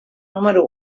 número